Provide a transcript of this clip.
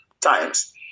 times